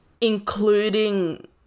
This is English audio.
including